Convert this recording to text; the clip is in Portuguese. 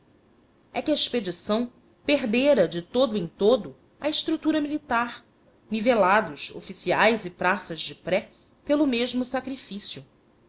é que a expedição perdera de todo em todo a estrutura militar nivelados oficiais e praças de pré pelo mesmo sacrifício